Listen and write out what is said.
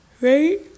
right